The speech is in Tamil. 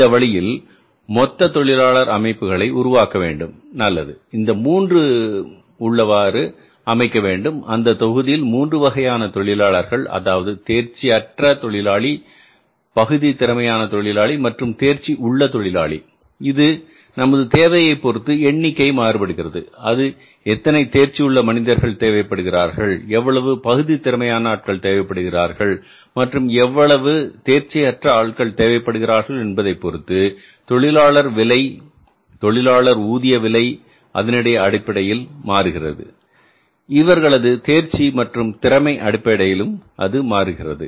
இந்த வழியில் மொத்த தொழிலாளர் அமைப்புகளை உருவாக்க வேண்டும் நல்லது இந்த மூன்றும் உள்ளவாறு அமைக்க வேண்டும் அந்த தொகுதியில் மூன்று வகையான தொழிலாளர்கள் அதாவது தேர்ச்சி அற்ற தொழிலாளி பகுதி திறமையான தொழிலாளி மற்றும் தேர்ச்சி உள்ள தொழிலாளி இது நமது தேவையைப் பொறுத்து எண்ணிக்கை மாறுபடுகிறது அது எத்தனை தேர்ச்சி உள்ள மனிதர்கள் தேவைப்படுகிறார்கள் எவ்வளவு பகுதி திறமையான ஆட்கள் தேவைப்படுகிறார்கள் மற்றும் எவ்வளவு தேர்ச்சி அற்ற ஆட்கள் தேவைப்படுகிறார்கள் என்பதைப் பொருத்து தொழிலாளர் விலை தொழிலாளர் ஊதிய விலை அதனடிப்படையில் மாறுபடுகிறது இவர்களது தேர்ச்சி மற்றும் திறமை அடிப்படையில் மாறுபடுகிறது